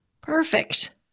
Perfect